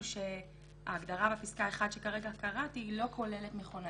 אז הקראתי מה זה אומר בעצם.